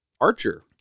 Archer